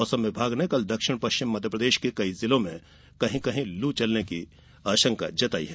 मौसम विभाग ने कल दक्षिण पश्चिम मध्यप्रदेश के जिलों में कहीं कहीं लू चलने की संभावना जताई है